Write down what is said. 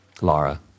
Laura